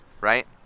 right